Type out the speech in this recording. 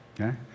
Okay